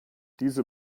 diese